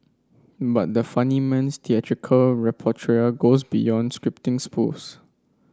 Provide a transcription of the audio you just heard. but the funny man's theatrical repertoire goes beyond scripting spoofs